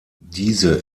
diese